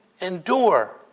endure